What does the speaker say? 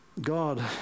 God